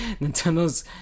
Nintendo's